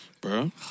bro